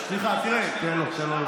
סליחה, תראה, תן לו, תן לו.